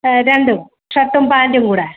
ആ രണ്ടും ഷർട്ടും പാൻറ്റും കൂടെ